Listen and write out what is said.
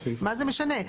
מה זה משנה?